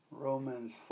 Romans